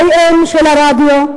AM של הרדיו,